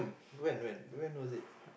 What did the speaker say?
when when when was it